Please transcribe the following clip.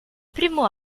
primo